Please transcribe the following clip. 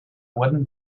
wooden